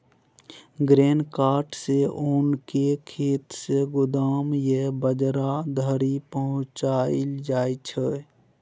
grain cart सँ ओन केँ खेत सँ गोदाम या बजार धरि पहुँचाएल जाइ छै